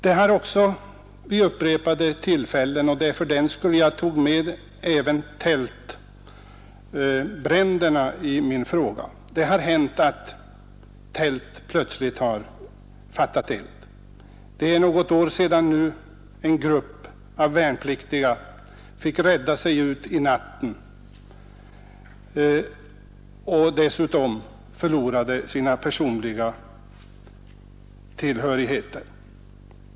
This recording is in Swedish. Det har också vid upprepade tillfällen — och det var fördenskull jag tog med även tältbränderna i min fråga — hänt att tält plötsligt fattat eld. För något år sedan fick en grupp värnpliktiga rädda sig ut mitt i natten och förlorade dessutom sina personliga tillhörigheter.